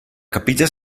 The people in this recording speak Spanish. capilla